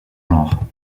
genre